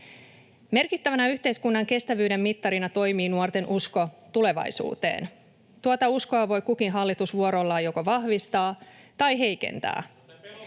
Merkittävänä yhteiskunnan kestävyyden mittarina toimii nuorten usko tulevaisuuteen. Tuota uskoa voi kukin hallitus vuorollaan joko vahvistaa tai heikentää.